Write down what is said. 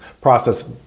process